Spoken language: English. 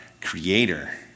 creator